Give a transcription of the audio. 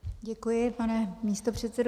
Děkuji, pane místopředsedo.